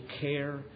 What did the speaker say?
care